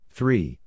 Three